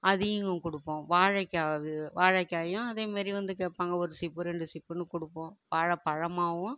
அதையும் கொடுப்போம் வாழைக்காய் அது வாழைக்காயும் அதேமாதிரி வந்து கேட்பாங்க ஒரு சீப்பு ரெண்டு சீப்புன்னு கொடுப்போம் வாழைப்பழமாவும்